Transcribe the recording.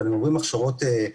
אבל הם עוברים הכשרות מעטות,